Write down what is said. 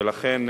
ולכן,